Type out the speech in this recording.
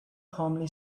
calmly